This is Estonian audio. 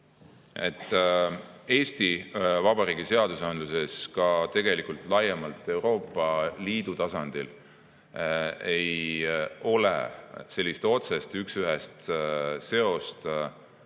Eesti Vabariigi seadustes ja tegelikult ka laiemalt Euroopa Liidu tasandil ei ole sellist otsest üksühest seost